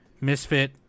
Misfit